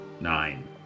nine